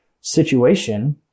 situation